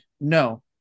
no